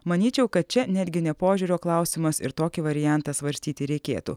manyčiau kad čia netgi ne požiūrio klausimas ir tokį variantą svarstyti reikėtų